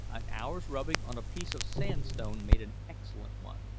an hour's rubbing on a piece of sandstone made an excellent one.